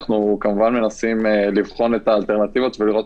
אנחנו כמובן מנסים לבחון את האלטרנטיבות ולראות